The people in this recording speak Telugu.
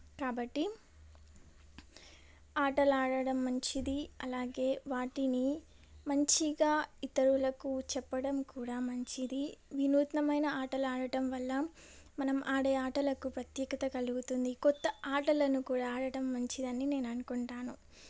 కాబట్టి ఆటలాడడం మంచిది అలాగే వాటిని మంచిగా ఇతరులకు చెప్పడం కూడా మంచిది వినూత్నమైన ఆటలాడటం వల్ల మనం ఆడే ఆటలకు ప్రత్యేకత కలుగుతుంది కొత్త ఆటలను కూడా ఆడటం మంచిదని నేను అనుకుంటాను